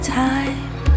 time